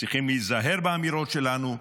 צריכים להיזהר באמירות שלנו,